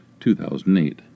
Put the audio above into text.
2008